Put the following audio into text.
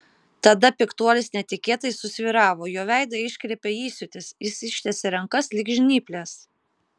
tada piktuolis netikėtai susvyravo jo veidą iškreipė įsiūtis jis ištiesė rankas lyg žnyples